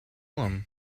him